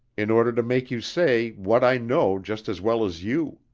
in order to make you say what i know just as well as you.